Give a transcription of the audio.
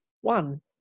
One